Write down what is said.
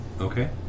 Okay